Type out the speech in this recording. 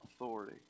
authority